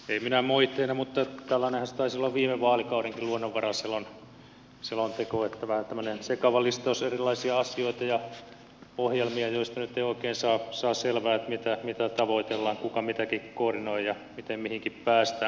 ei minään moitteena mutta tällainenhan taisi olla viime vaalikaudenkin luonnonvaraselonteko vähän tämmöinen sekava listaus erilaisia asioita ja ohjelmia joista nyt ei oikein saa selvää mitä tavoitellaan kuka mitäkin koordinoi ja miten mihinkin päästään